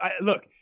look